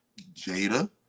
Jada